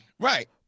Right